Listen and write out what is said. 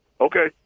Okay